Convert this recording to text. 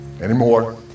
anymore